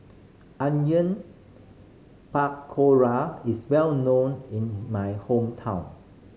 Onion Pakora is well known in my hometown